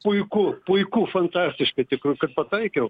puiku puiku fantastiška iš tikrųjų kad pataikiau